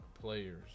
players